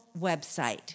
website